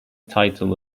title